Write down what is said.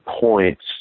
points